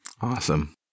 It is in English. Awesome